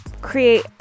create